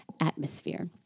atmosphere